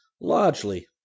Largely